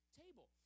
table